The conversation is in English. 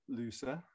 looser